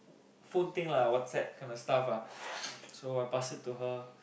phone thing lah WhatsApp kinda stuff ah so I passed it to her